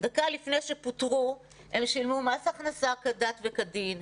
דקה לפני שפוטרו הם שולמו מס הכנסה כדת וכדין,